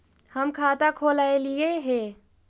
हम खाता खोलैलिये हे?